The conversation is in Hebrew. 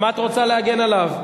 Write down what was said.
גם את רוצה להגן עליו?